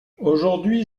aujourd’hui